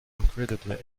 incredibly